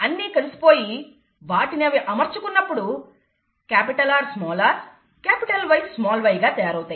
అన్నీ కలిసిపోయి వాటిని అవి అమర్చుకున్నప్పుడు RrYy గా తయారవుతాయి